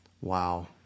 Wow